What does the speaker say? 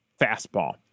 fastball